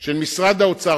של משרד האוצר.